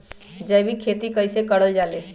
जैविक खेती कई से करल जाले?